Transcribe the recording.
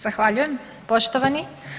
Zahvaljujem poštovani.